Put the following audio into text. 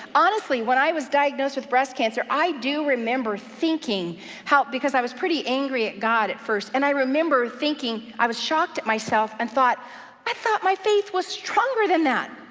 honestly, when i was diagnosed with breast cancer i do remember thinking how, because i was pretty angry at god at first, and i remember thinking i was shocked at myself, and thought i thought my faith was stronger than that.